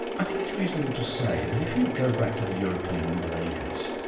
i think it's reasonable to say that if you go back to the european middle ages,